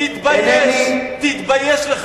אינני, תתבייש, תתבייש לך.